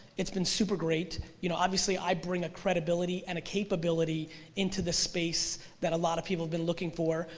it's been super great. you know obviously i bring a credibility, and a capability into the space that a lot of people have been looking for,